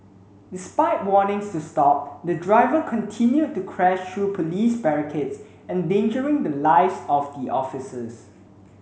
despite warnings to stop the driver continued to crash through police barricades endangering the lives of the officers